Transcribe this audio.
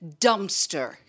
dumpster